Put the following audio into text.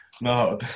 No